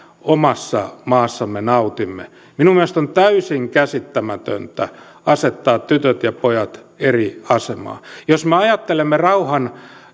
omassa maassamme nautimme minun mielestäni on täysin käsittämätöntä asettaa tytöt ja pojat eri asemaan jos me ajattelemme rauhan